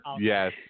Yes